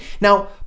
Now